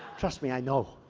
trust me, i know.